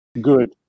good